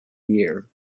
year